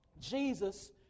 Jesus